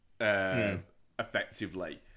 Effectively